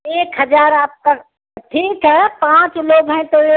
एक हजार आपका ठीक है पाँच लोग हैं तो